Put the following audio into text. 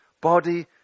body